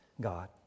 God